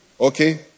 Okay